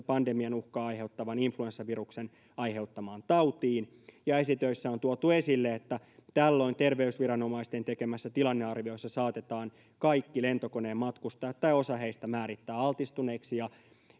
pandemian uhkaa aiheuttavan influenssaviruksen aiheuttamaan tautiin ja esitöissä on tuotu esille että tällöin terveysviranomaisten tekemässä tilannearviossa saatetaan kaikki lentokoneen matkustajat tai osa heistä määrittää altistuneiksi ja